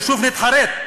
ושוב נתחרט.